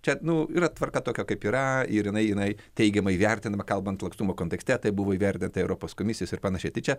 čia nu yra tvarka tokia kaip yra ir jinai jinai teigiamai įvertinama kalbant lankstumo kontekste tai buvo įvertinta europos komisijos ir panašiai tai čia